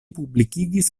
publikigis